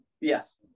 Yes